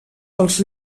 dels